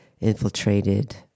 infiltrated